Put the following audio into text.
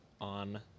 on